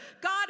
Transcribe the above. God